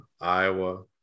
Iowa